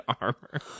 armor